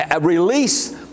release